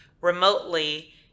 remotely